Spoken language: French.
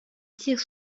tire